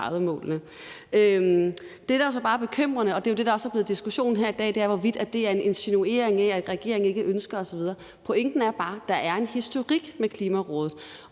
Det, der så bare er bekymrende, og det er jo det, der også er blevet diskussionen her i dag, er, hvorvidt det er en insinuering af, at regeringen ikke ønsker det ene eller det andet osv. Pointen er bare, at der er en historik med Klimarådet,